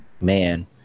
Man